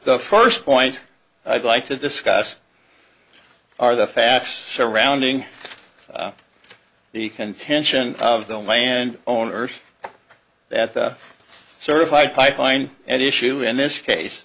the first point i'd like to discuss are the facts surrounding the contention of the land owners that certified pipeline and issue in this case